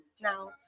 now